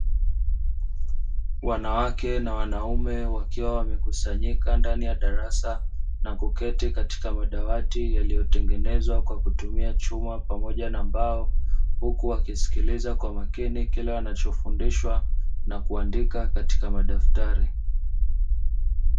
Wanawake na wanaume, wakiwa wamekusanyika ndani ya darasa na kuketi katika madawati yaliyotengenezwa kwa kutumia chuma pamoja na mbao. Huku wakisikiliza kwa makini kila wanachofundishwa na kuandika katika madaftari.